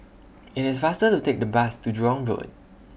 IT IS faster to Take The Bus to Jurong Road